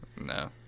no